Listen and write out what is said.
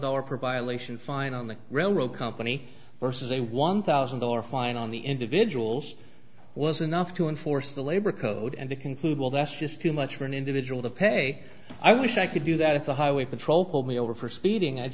dollar provider lation fine on the railroad company versus a one thousand dollar fine on the individuals was enough to enforce the labor code and they conclude well that's just too much for an individual to pay i wish i could do that if the highway patrol pulled me over for speeding i'd